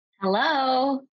Hello